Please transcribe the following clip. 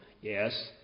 Yes